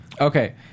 Okay